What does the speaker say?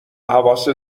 حواست